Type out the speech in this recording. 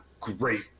great